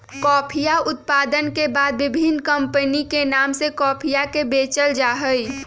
कॉफीया उत्पादन के बाद विभिन्न कमपनी के नाम से कॉफीया के बेचल जाहई